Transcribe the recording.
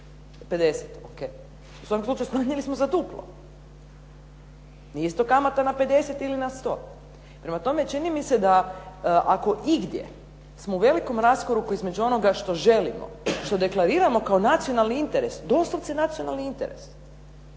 50, ok. U svakom slučaju smanjili smo za duplo. Nije isto kamata na 50 ili na 100. Prema tome, čini mi se da ako igdje smo u velikom raskoraku između onoga što želimo, što deklariramo kao nacionalni interes, doslovce nacionalni interes